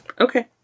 Okay